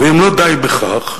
ואם לא די בכך,